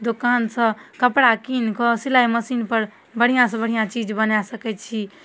दोकानसँ कपड़ा किनिकऽ सिलाइ मशीनपर बढ़िआँसँ बढ़िआँ चीज बना सकै छी